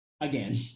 Again